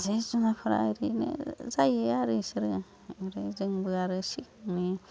जि जुनारफोरा ओरैनो जायो आरो इसोरो आरो जोंबो आरो सिगांनि